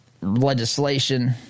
legislation